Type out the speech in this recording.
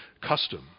custom